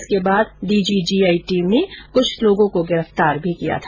इसके बाद DGGI team ने कुछ लोगों को गिरफ्तार भी किया था